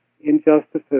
injustices